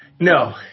No